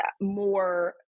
more